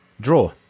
Draw